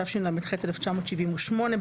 התשל"ח 1978‏,